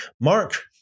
Mark